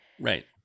Right